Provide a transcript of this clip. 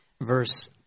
verse